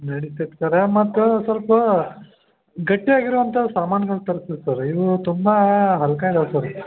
ನಡಿತೈತೆ ಸರ್ ಮತ್ತು ಸೊಲ್ಪ ಗಟ್ಟಿಯಾಗಿರುವಂಥ ಸಾಮಾನ್ಗಳು ತರ್ಸ್ಬೆಕು ಸರ್ ಇವು ತುಂಬ ಹಲ್ಕ ಇದಾವೆ ಸರ್